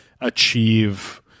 achieve